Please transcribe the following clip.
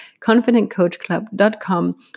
confidentcoachclub.com